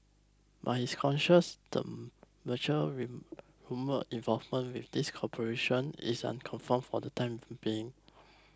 but the Venture's rumoured involvement with these corporations is unconfirmed for the time being